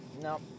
No